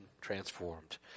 transformed